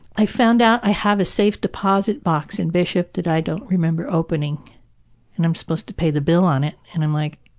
found out i have a safe deposit box in bishop that i don't remember opening and i'm supposed to pay the bill on it. and, i'm like,